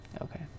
Okay